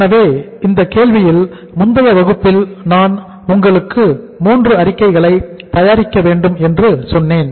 எனவே இந்த கேள்வியில் முந்தைய வகுப்பில் நான் உங்களுக்கு மூன்று அறிக்கைகளை தயாரிக்க வேண்டும் என்று சொன்னேன்